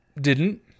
didn't